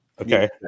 Okay